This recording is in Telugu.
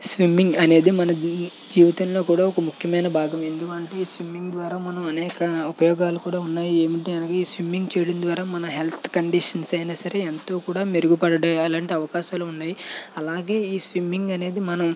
స్విమ్మింగ్ అనేది మన జీ జీవితంలో కూడా ఒక ముఖ్యమైన భాగం ఎందుకు అంటే స్విమ్మింగ్ ద్వారా మనం అనేక ఉపయోగాలు కూడా ఉన్నాయి ఏమిటి అంటే స్విమ్మింగ్ చేయడం ద్వారా మన హెల్త్ కండిషన్స్ అయినా సరే ఎంతో కూడా మెరుగుపడేయాలని అవకాశాలు ఉన్నాయి అలాగే ఈ స్విమ్మింగ్ అనేది మనం